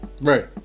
Right